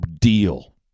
deal